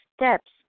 steps